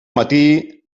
matí